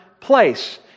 place